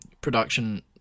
production